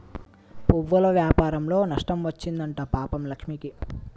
పువ్వుల వ్యాపారంలో నష్టం వచ్చింది అంట పాపం లక్ష్మికి